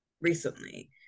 recently